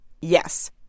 Yes